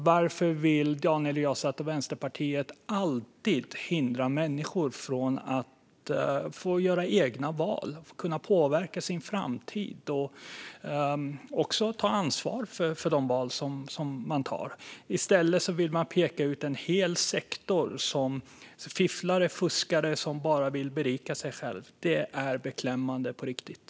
Varför vill Daniel Riazat och Vänsterpartiet alltid hindra människor från att göra egna val och kunna påverka sin framtid - och även ta ansvar för de val de gör? I stället vill man peka ut en hel sektor som fifflare och fuskare som bara vill berika sig. Det är beklämmande på riktigt.